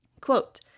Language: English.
quote